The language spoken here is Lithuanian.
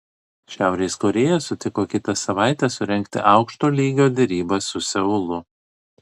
šiaurės korėja sutiko kitą savaitę surengti aukšto lygio derybas su seulu